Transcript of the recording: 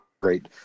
great